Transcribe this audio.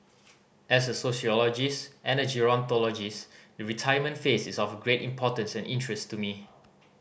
as a sociologist and a gerontologist the retirement phase is of great importance and interest to me